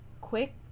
quick